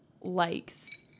likes